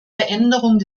veränderung